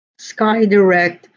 SkyDirect